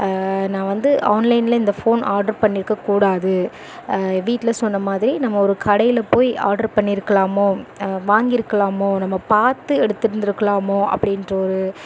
நான் வந்து ஆன்லைனில் இந்தப் ஃபோன் ஆர்ட்ரு பண்ணியிருக்கக்கூடாது வீட்டில் சொன்னமாதிரி நம்ம ஒரு கடையில் போய் ஆர்டர் பண்ணியிருக்கலாமோ வாங்கி இருக்கலாமோ நம்ம பார்த்து எடுத்து இருந்திருக்கலாமோ அப்படின்ற ஒரு